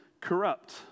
corrupt